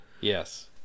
Yes